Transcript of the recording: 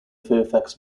fairfax